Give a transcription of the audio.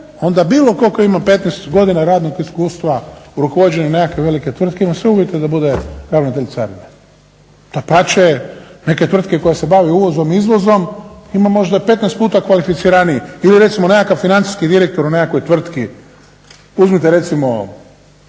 onda bilo tko tko ima 15 godina radnog iskustva u rukovođenju nekakve velike tvrtke ima sve uvjete da bude ravnatelj carine. Dapače, neke tvrtke koje se bave uvozom i izvozom ima možda 15 puta kvalificiraniji ili recimo nekakav financijski direktor u nekakvoj tvrtki, uzmite recimo